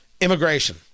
immigration